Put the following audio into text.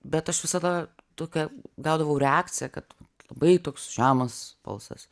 bet aš visada tokią gaudavau reakciją kad labai toks žemas balsas